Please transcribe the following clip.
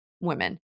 women